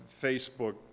Facebook